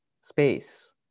Space